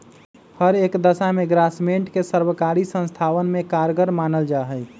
हर एक दशा में ग्रास्मेंट के सर्वकारी संस्थावन में कारगर मानल जाहई